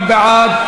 מי בעד?